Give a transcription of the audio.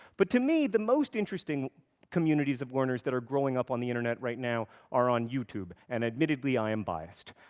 but to me, the most interesting communities of learners that are growing up on the internet right now are on youtube, and admittedly i am biased.